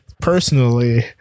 personally